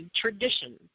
tradition